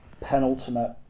penultimate